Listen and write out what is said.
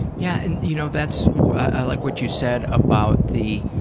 yeah, and, you know, that's, i like what you said about the